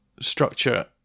structure